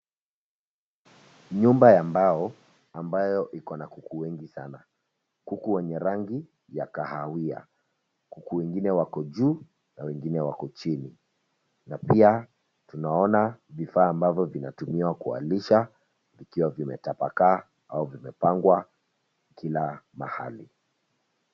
Nyumba ya mbao ambayo iko na kuku wengi sana, kuku wenye rangi ya kahawia. Kuku wengine wako juu na wengine wako chini na pia tunaona vifaa ambavyo vinatumiwa kuwalisha vikiwa vimetapakaa au vimepangwa kila mahali.